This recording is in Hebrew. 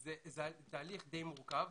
זה תהליך די מורכב.